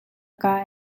kai